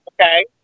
Okay